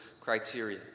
criteria